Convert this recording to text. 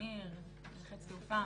טמיר וחץ תעופה?